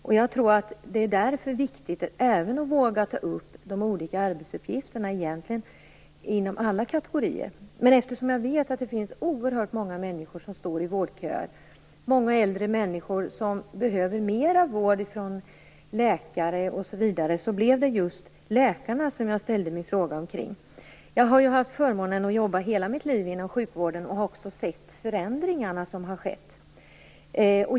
Jag tror därför att det är viktigt att även våga ta upp de olika arbetsuppgifterna - egentligen inom alla kategorier, men eftersom jag vet att det finns oerhört många människor som står i vårdköer, många äldre människor som behöver mer vård av läkare osv., blev det just läkarna jag frågade om. Jag har haft förmånen att jobba hela mitt liv inom sjukvården och har också sett de förändringar som har skett.